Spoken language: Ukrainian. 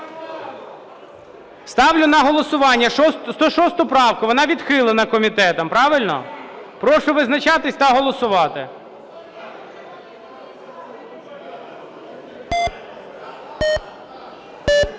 Ставлю на голосування 106 правку. Вона відхилена комітетом. Правильно? Прошу визначатися та голосувати.